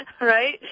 Right